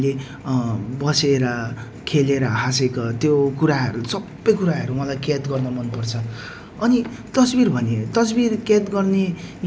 अनि त्यहाँबाट चाहिँ हामी सबजना दार्जिलिङको धेरैजना थियो अनि हामी सबजना ग्रुप मिलेर चाहिँ एक दिनको हामी पिकनिक भनौँ है हामी सबजना मिलेर गएका थियौँ